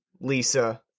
Lisa